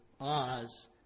Oz